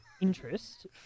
Interest